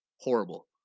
horrible